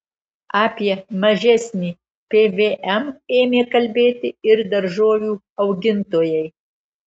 apie mažesnį pvm ėmė kalbėti ir daržovių augintojai